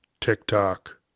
TikTok